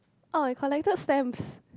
oh we collected stamps